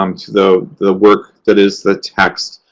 um to the the work that is the text.